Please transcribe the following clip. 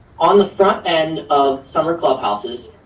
on the front end of summer club houses,